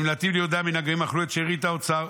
"ונמלטים ליהודה מן הגויים אכלו את שארית האוצר.